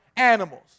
animals